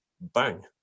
bang